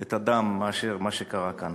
את הדם מאשר מה שקרה כאן,